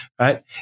right